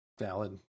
valid